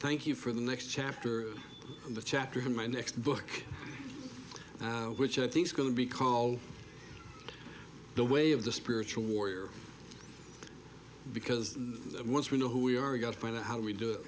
thank you for the next chapter the chapter in my next book which i think is going to be called the way of the spiritual warrior because once we know who we are we got to find out how we do it